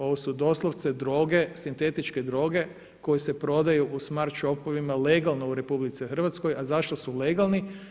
Ovo su doslovce sintetičke droge koje se prodaju u smart shopovima legalno u RH, a zašto su legalni?